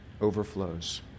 overflows